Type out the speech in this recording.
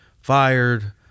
fired